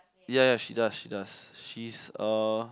ya ya she does she does she's uh